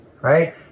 right